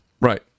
Right